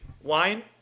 wine